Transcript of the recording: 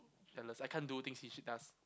jealous I can't do things which he does